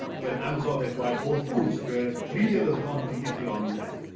when amazon acquired whole foods where retail has gone completely omnichannel.